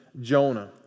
Jonah